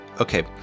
okay